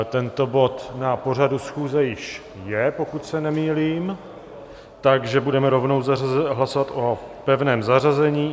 Tento bod na pořadu schůze již je, pokud se nemýlím, takže budeme rovnou hlasovat o pevném zařazení.